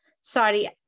sorry